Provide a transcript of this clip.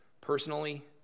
personally